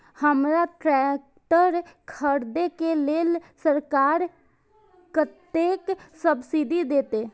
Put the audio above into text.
हमरा ट्रैक्टर खरदे के लेल सरकार कतेक सब्सीडी देते?